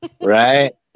right